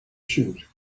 shoot